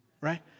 right